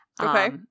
Okay